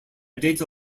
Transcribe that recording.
data